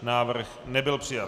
Návrh nebyl přijat.